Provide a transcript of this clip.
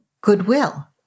goodwill